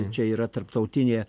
čia yra tarptautinė